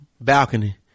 balcony